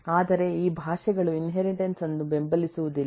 ಆದರೆ ಆ ಭಾಷೆಗಳು ಇನ್ಹೆರಿಟನ್ಸ್ ಅನ್ನು ಬೆಂಬಲಿಸುವುದಿಲ್ಲ